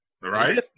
Right